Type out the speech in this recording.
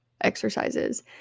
exercises